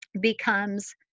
becomes